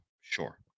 sure